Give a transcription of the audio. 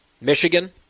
Michigan